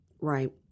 Right